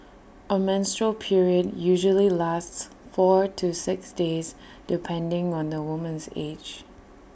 A menstrual period usually lasts four to six days depending on the woman's age